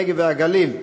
הנגב והגליל.